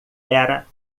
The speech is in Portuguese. era